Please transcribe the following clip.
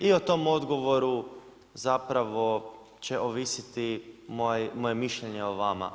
I o tom odgovoru zapravo će ovisiti moje mišljenje o vama.